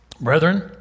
Brethren